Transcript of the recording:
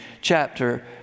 chapter